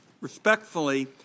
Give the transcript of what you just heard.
respectfully